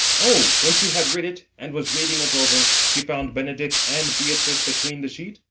o! when she had writ it, and was reading it over, she found benedick and beatrice between the sheet?